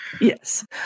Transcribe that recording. yes